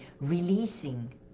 releasing